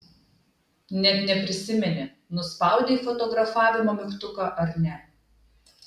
net neprisimeni nuspaudei fotografavimo mygtuką ar ne